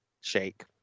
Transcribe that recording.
shake